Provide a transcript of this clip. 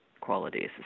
qualities